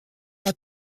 n’a